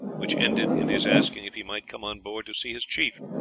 which ended in his asking if he might come on board to see his chief.